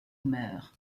mer